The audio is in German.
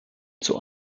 zur